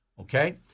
okay